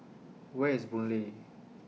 Where IS Boon Lay